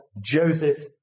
Joseph